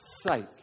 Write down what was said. sake